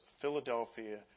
Philadelphia